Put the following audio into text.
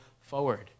forward